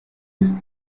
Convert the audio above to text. die